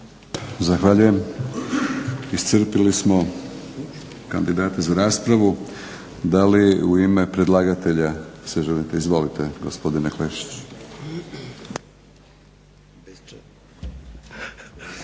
Zahvaljujem. Iscrpili smo kandidate za raspravu. Da li u ime predlagatelja se želite? Izvolite gospodine Klešić.